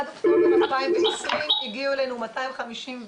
עד אוקטובר 2020 הגיעו אלינו 259